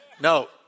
No